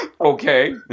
Okay